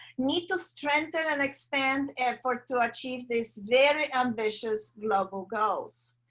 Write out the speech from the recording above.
need to strengthen and expand effort to achieve this very ambitious global goals.